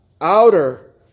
outer